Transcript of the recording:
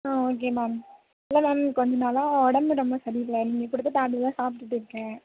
ஆ okay ma'am இல்லை ma'am கொஞ்ச நாளாக உடம்பு ரொம்ப சரியில்லை நீங்கள் கொடுத்த டேப்லெட் தான் சாப்பிட்டுட்டு இருக்கேன்